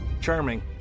charming